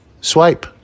swipe